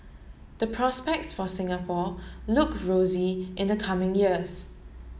the prospects for Singapore look rosy in the coming years